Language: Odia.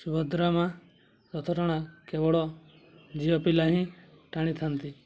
ସୁଭଦ୍ରା ମାଁ ରଥ ଟଣା କେବଳ ଝିଅପିଲା ହିଁ ଟାଣିଥାନ୍ତି